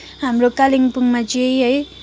हाम्रो कालिम्पोङमा चाहिँ है